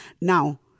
Now